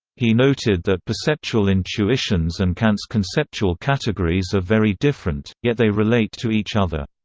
he noted that perceptual intuitions and kant's conceptual categories are very different, yet they relate to each other.